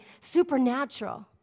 supernatural